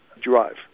drive